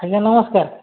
ଅଜ୍ଞା ନମସ୍କାର